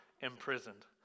imprisoned